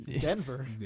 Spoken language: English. Denver